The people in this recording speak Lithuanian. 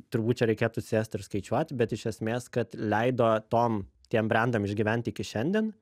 turbūt čia reikėtų sėst ir skaičiuot bet iš esmės kad leido tom tiem brendam išgyventi iki šiandien